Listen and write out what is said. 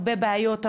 הרבה בעיות,